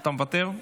אתה מוותר?